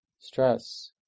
stress